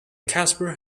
casper